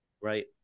right